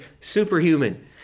superhuman